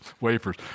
wafers